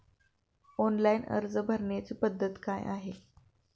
Online अर्ज भरण्याची पद्धत काय आहे?